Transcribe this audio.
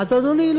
אדוני,